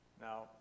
now